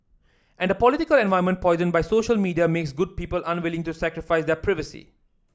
and political environment poisoned by social media makes good people unwilling to sacrifice their privacy